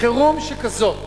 חירום שכזאת